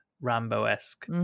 Rambo-esque